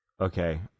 Okay